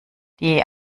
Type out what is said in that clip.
die